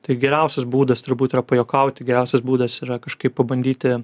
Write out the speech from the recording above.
tai geriausias būdas turbūt yra pajuokauti geriausias būdas yra kažkaip pabandyti